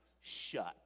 shut